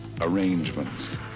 arrangements